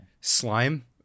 slime